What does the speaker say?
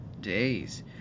days